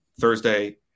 Thursday